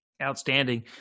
Outstanding